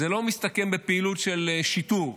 זה לא מסתכם בפעילות של שיטור.